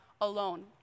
alone